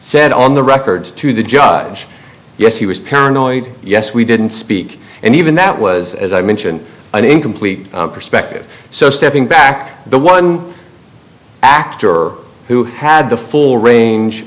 said on the records to the judge yes he was paranoid yes we didn't speak and even that was as i mentioned an incomplete perspective so stepping back the one actor who had the full range